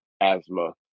asthma